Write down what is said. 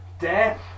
Death